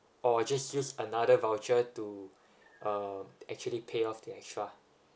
or just use another voucher to um actually pay off the extra